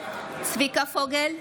צביקה פוגל,